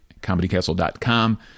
comedycastle.com